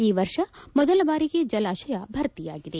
ಈ ವರ್ಷ ಮೊದಲ ಬಾರಿಗೆ ಜಲಾಶಯ ಭರ್ತಿಯಾಗಿದೆ